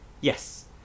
yes